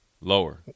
Lower